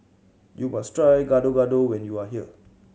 you must try Gado Gado when you are here